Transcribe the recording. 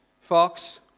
Fox